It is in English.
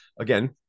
again